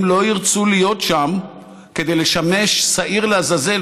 הם לא ירצו להיות שם כדי לשמש שעיר לעזאזל